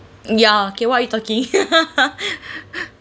ya okay what are you talking